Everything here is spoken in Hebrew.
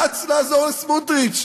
רץ לעזור לסמוטריץ.